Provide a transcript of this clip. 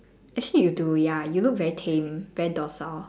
actually you do ya you look very tame very docile